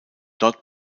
dort